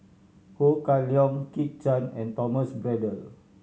Ho Kah Leong Kit Chan and Thomas Braddell